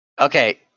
Okay